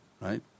right